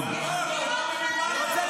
תודה רבה.